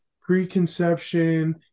preconception